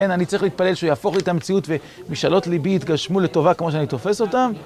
כן, אני צריך להתפלל שהוא יהפוך לי את המציאות ומשאלות ליבי יתגשמו לטובה כמו שאני תופס אותם.